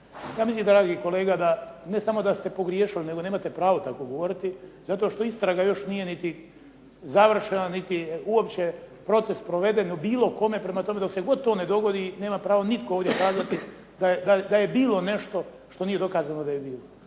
Ja mislim dragi kolega ne samo da ste pogriješili nego nemate pravo tako govoriti zato što istraga još nije niti završena niti je uopće proces proveden o bilo kome, prema tome dok se god to ne dogodi nema pravo nitko ovdje kazati da je bilo nešto što nije dokazano da je bilo.